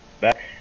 back